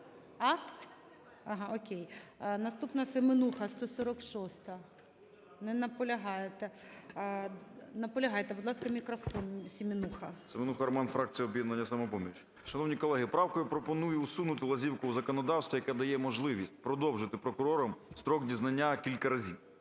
Ага, окей. Наступна, Семенуха, 146-а. Не наполягаєте. Наполягаєте? Будь ласка, мікрофон Семенусі. 13:45:49 СЕМЕНУХА Р.С. СеменухаРоман, фракція "Об'єднання "Самопоміч". Шановні колеги, правкою пропоную усунути лазівку в законодавстві, яка дає можливість продовжити прокурорам строк дізнання кілька разів.